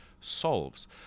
solves